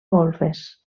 golfes